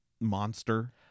monster